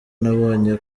nabonye